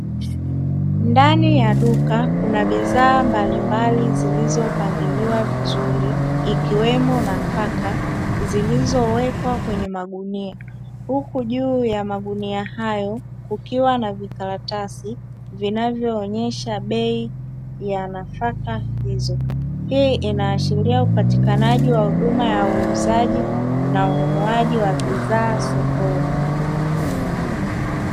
Ndani ya duka kuna bidhaa mbalimbali zilizopangiliwa vizuri, ikiwemo nafaka zilizowekwa kwenye magunia. Huku juu ya magunia hayo, kukiwa na vikaratasi vinavyoonyesha bei ya nafaka hizo. Hii inaashiria upatikanaji wa huduma ya uuzaji na ununuaji wa bidhaa sokoni.